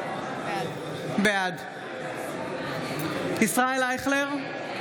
בעד ישראל אייכלר,